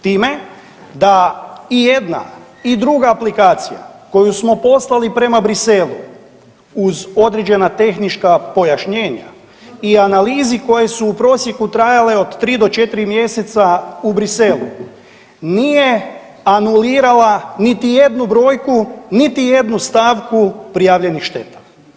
Time da i jedna i druga aplikacija koju smo poslali prema Bruxellesu uz određena tehnička pojašnjenja i analizi koje su u prosjeku trajale od 3 do 4 mjeseca u Bruxellesu nije anulirala niti jednu brojku, niti jednu stavku prijavljenih šteta.